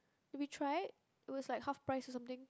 we tried it was like half price or something